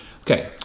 Okay